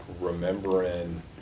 remembering